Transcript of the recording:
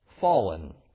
fallen